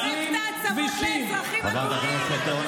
לפרק את העצמות לאזרחים הגונים.